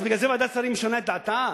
אז בגלל זה ועדת השרים משנה את דעתה?